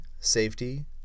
safety